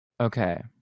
Okay